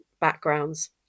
backgrounds